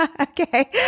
Okay